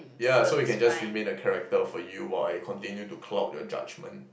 yeah so we can just remain the character for you while I continue to cloud your judgement